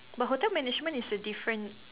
but hotel management is a different